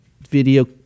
video